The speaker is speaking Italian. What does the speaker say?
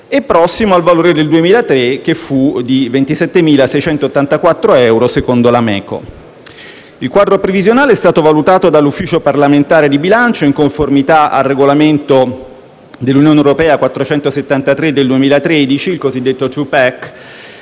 e prossimo al valore del 2003, che fu di 27.684 euro secondo l'AMECO. Il quadro previsionale è stato valutato dall'Ufficio parlamentare di bilancio in conformità al regolamento dell'Unione europea 473 del 2013, il cosiddetto *two